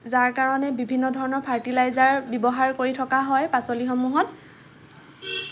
যাৰ কাৰণে বিভিন্ন ধৰণৰ ফাৰ্টিলাইজাৰ ব্যৱহাৰ কৰি থকা হয় পাচলিসমূহত